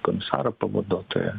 komisaro pavaduotoją